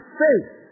faith